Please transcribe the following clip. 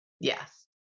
Yes